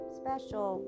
special